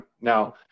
Now